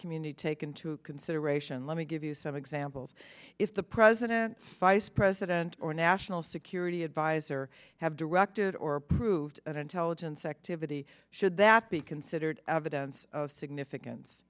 community take into consideration let me give you some examples if the president vice president or national security advisor have directed or approved an intelligence activity should that be considered evidence of significance